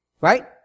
Right